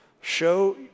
Show